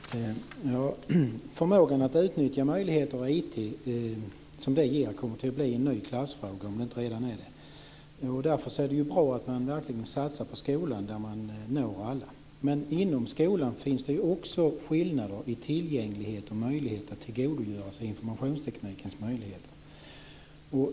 Fru talman! Förmågan att utnyttja den möjlighet som IT ger kommer att bli en ny klassfråga, om det inte redan är det. Därför är det bra att man verkligen satsar på skolan, där man når alla. Men inom skolan finns det också skillnader i tillgänglighet och möjlighet att tillgodogöra sig informationstekniken.